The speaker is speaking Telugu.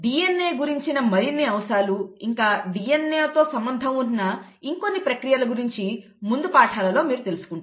DNA గురించిన మరిన్ని అంశాలు ఇంకా DNA తో సంబంధం ఉన్న ఇంకొన్ని ప్రక్రియల గురించి ముందు పాఠాలలో మీరు తెలుసుకుంటారు